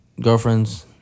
girlfriends